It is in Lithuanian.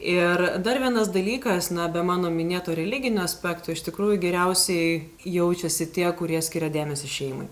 ir dar vienas dalykas na be mano minėto religinio aspekto iš tikrųjų geriausiai jaučiasi tie kurie skiria dėmesį šeimai